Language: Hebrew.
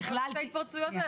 אנחנו מדברים על הכללות,